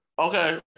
okay